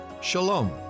Shalom